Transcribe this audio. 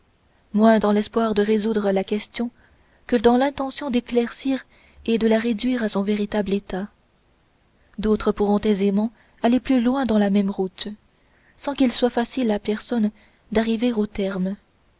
moins dans l'espoir de résoudre la question que dans l'intention de l'éclaircir et de la réduire à son véritable état d'autres pourront aisément aller plus loin dans la même route sans qu'il soit facile à personne d'arriver au terme